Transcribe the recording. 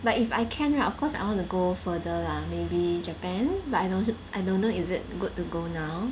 but if I can right of course I want to go further lah maybe Japan but I not su~ I don't know is it good to go now